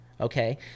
Okay